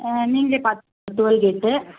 நீங்களே பார்த்துக்கோங்க டோல்கேட்டு